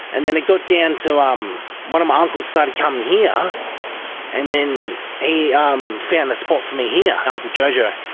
and then it got down to um one of my uncles started coming here and then he um found a spot for me here, uncle joe-joe.